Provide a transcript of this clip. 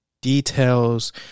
details